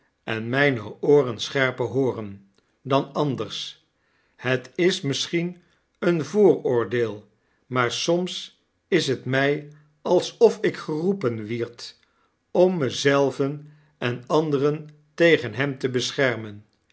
zien enmijne ooren scherper hooren dan anders hetismisschien een vooroordeel maar soms is het my alsof ik geroepen wierd om mij zelven en anderen tegen hem te beschermen